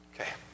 Okay